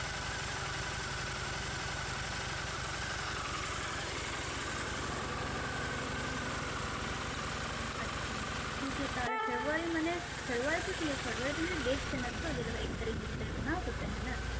ᱦᱩᱸ ᱟᱪᱪᱷᱟ ᱴᱷᱤᱠᱜᱮᱭᱟ ᱛᱟᱦᱞᱮ ᱯᱷᱮᱵᱨᱩᱣᱟᱨᱤ ᱢᱟᱱᱮ ᱯᱷᱵᱨᱩᱣᱟᱨᱤ ᱛᱚ ᱢᱤᱫᱴᱮᱱ ᱰᱮᱹᱴ ᱛᱟᱦᱮᱱᱟ ᱛᱚ ᱡᱮᱞᱮᱠᱟ ᱮᱠ ᱛᱟᱹᱨᱤᱠᱷ ᱫᱩ ᱛᱟᱹᱨᱤᱠᱷ ᱚᱱᱟ ᱦᱚᱸᱛᱚ ᱛᱟᱦᱮᱱᱟ